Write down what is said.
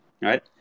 right